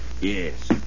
Yes